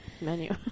menu